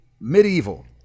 Medieval